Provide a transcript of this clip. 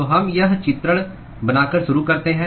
तो हम यह चित्रण बनाकर शुरू करते हैं